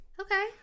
Okay